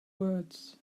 words